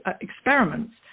experiments